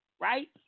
right